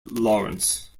lawrence